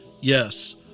Yes